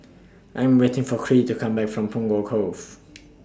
I Am waiting For Creed to Come Back from Punggol Cove